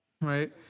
Right